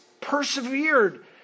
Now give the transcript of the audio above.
persevered